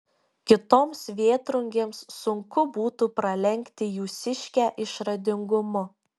kitoms vėtrungėms sunku būtų pralenkti jūsiškę išradingumu